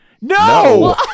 No